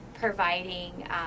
providing